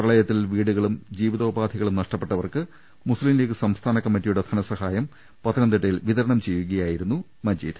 പ്രളയ ത്തിൽ വീടുകളും ജീവിതോപാധികളും നഷ്ടപ്പെട്ടവർക്ക് മുസ്ലീംലീഗ് സംസ്ഥാന കമ്മിറ്റിയുടെ ധനസഹായം പത്തനംതിട്ടയിൽ വിതരണം ചെയ്യു കയായിരുന്നു മജീദ്